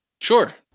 Sure